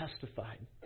testified